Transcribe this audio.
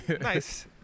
Nice